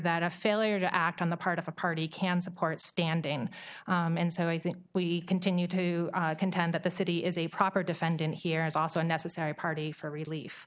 that a failure to act on the part of a party can support standing and so i think we continue to contend that the city is a proper defendant here is also a necessary party for relief